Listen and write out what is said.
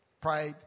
Pride